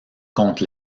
contre